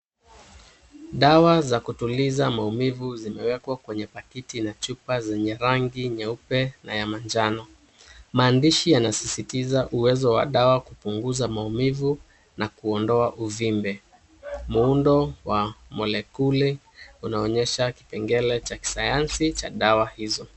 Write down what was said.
Dawa za kutuliza maumivu zimewekwa kwenye pakiti na chupa zenye rangi nyeupe na ya manjano. Maandishi yanasisitiza uwezo wa dawa kupunguza maumivu na kuondoa uvimbe. Muundo wa molekuli unaonyesha kipengele cha kisayansi cha dawa hizo.